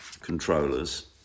controllers